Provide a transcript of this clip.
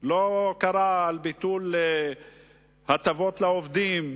לא קרא על ביטול הטבות לעובדים?